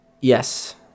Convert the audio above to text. Yes